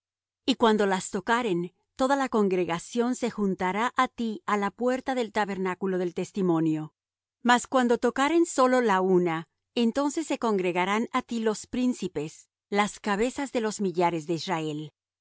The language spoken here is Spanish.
y cuando las tocaren toda la congregación se juntará á ti á la puerta del tabernáculo del testimonio mas cuando tocaren sólo la una entonces se congregarán á ti los príncipes las cabezas de los millares de israel